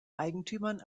eigentümern